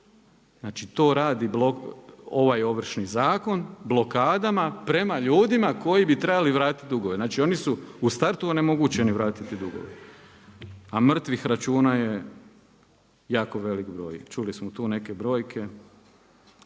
Znači to radi ovaj Ovršni zakon blokadama prema ljudima koji bi trebali vratiti dugove. Znači oni su u startu onemogućeni vratiti dugove, a mrtvih računa je jako velik broj. Čuli smo tu neke brojke.